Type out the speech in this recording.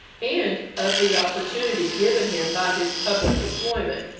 and of the opportunity given him by his public employment,